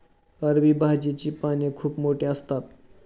अरबी भाजीची पाने खूप मोठी असतात